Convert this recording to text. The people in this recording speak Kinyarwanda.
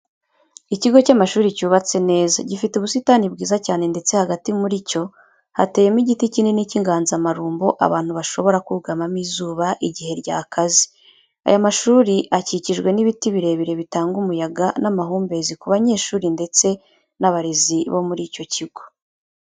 Ikigo cy'amashuri cyubatse neza, gifite ubusitani bwiza cyane ndetse hagati muri cyo hateyemo igiti kinini cy'inganzamarumbo abantu bashobora kugamamo izuba igihe ryakaze. Aya mashuri akikijwe n'ibiti birebire bitanga umuyaga n'amahumbezi ku banyeshuri ndetse n'abarezi bo muri icyo kigo.